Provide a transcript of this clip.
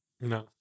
No